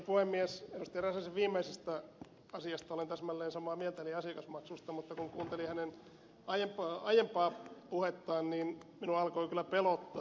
räsäsen viimeisestä asiasta olen täsmälleen samaa mieltä eli asiakasmaksusta mutta kun kuunteli hänen aiempaa puhettaan niin minua alkoi kyllä pelottaa